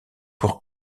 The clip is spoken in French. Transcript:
pour